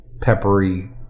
peppery